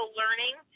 learning